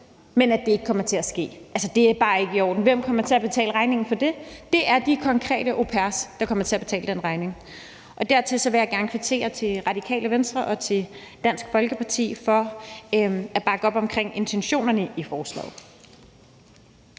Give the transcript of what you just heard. men at det ikke kommer til at ske. Altså, det er bare ikke i orden. Hvem kommer til at betale regningen for det? Det er de konkrete au pairer, der kommer til at betale den regning. Derudover vil jeg gerne kvittere til Radikale Venstre og til Dansk Folkeparti for at bakke op om intentionerne i forslaget.